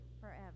forever